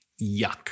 yuck